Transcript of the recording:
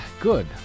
Good